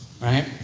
right